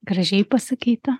gražiai pasakyta